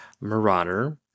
Marauder